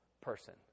person